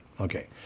Okay